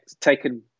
taken